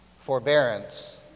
forbearance